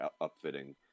upfitting